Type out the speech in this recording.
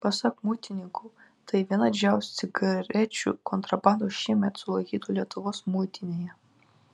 pasak muitininkų tai viena didžiausių cigarečių kontrabandų šiemet sulaikytų lietuvos muitinėje